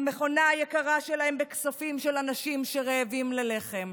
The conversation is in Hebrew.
המכונה היקרה שלהם, בכספים של אנשים רעבים ללחם,